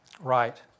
Right